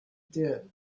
did